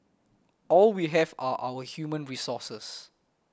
all we have are our human resources